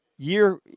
Year